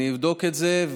אני אבדוק את זה,